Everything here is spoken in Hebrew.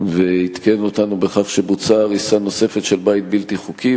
ועדכן אותנו בכך שבוצעה הריסה נוספת של בית בלתי חוקי,